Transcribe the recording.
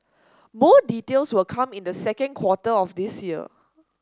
more details will come in the second quarter of this year